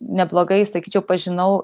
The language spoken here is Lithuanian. neblogai sakyčiau pažinau